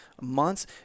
months